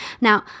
Now